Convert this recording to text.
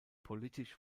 politisch